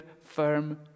firm